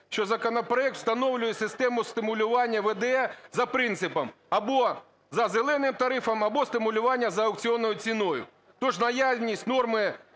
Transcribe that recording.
що законопроект встановлює систему стимулювання ВДЕ за принципом: або за "зеленим" тарифом, або стимулювання за аукціонною ціною. Тож наявність норми